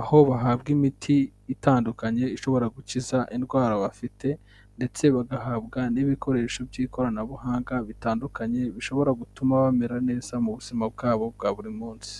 aho bahabwa imiti itandukanye ishobora gukiza indwara bafite, ndetse bagahabwa n'ibikoresho by'ikoranabuhanga bitandukanye, bishobora gutuma bamera neza mu buzima bwabo bwa buri munsi.